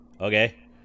okay